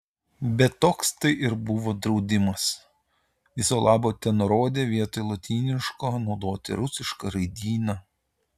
bet toks tai buvo ir draudimas viso labo tenurodė vietoj lotyniško naudoti rusišką raidyną